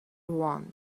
one